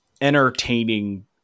entertaining